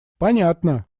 понятно